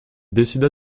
décida